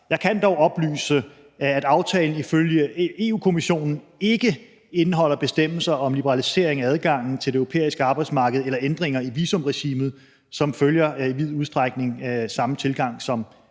Jeg kan dog oplyse, at aftalen ifølge Europa-Kommissionen ikke indeholder bestemmelser om liberalisering af adgangen til det europæiske arbejdsmarked eller ændringer i visumregimet, som i vid udstrækning følger samme tilgang som